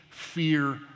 fear